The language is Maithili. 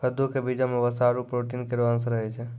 कद्दू क बीजो म वसा आरु प्रोटीन केरो अंश रहै छै